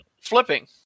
flipping